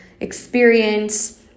experience